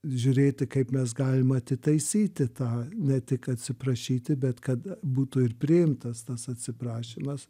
žiūrėti kaip mes galim atitaisyti tą ne tik atsiprašyti bet kad būtų ir priimtas tas atsiprašymas